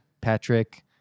Patrick